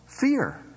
fear